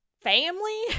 family